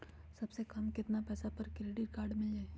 सबसे कम कतना पैसा पर क्रेडिट काड मिल जाई?